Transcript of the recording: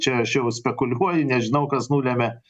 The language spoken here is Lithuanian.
čia aš jau spekuliuoju nežinau kas nulemia